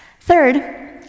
Third